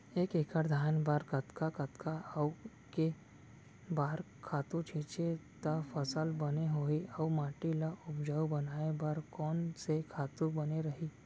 एक एक्कड़ धान बर कतका कतका अऊ के बार खातू छिंचे त फसल बने होही अऊ माटी ल उपजाऊ बनाए बर कोन से खातू बने रही?